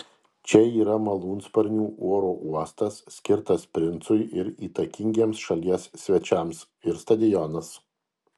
čia yra malūnsparnių oro uostas skirtas princui ir įtakingiems šalies svečiams ir stadionas